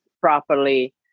properly